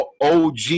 OG